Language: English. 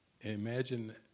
Imagine